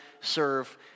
serve